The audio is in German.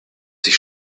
sich